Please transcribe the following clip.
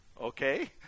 okay